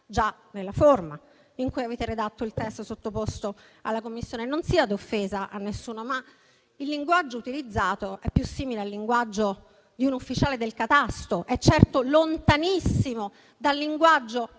già nella forma in cui avete redatto il testo sottoposto alla Commissione. Non sia d'offesa a nessuno, ma il linguaggio utilizzato è più simile al linguaggio di un ufficiale del catasto, è certo lontanissimo dal linguaggio